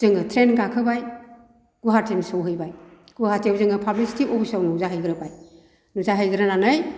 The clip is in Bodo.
जोङो ट्रेन गाखोबाय गुवाहाटिसिम सौहैबाय गुवाहाटिआव जोङो पाब्लिसिटि अफिसआव नुजाहैग्रोबाय नुजाहैग्रोनानै